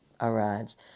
arrives